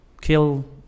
kill